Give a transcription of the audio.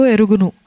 Erugunu